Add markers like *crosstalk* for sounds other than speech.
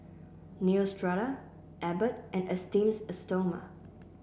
Neostrata Abbott and Esteem *unintelligible* Stoma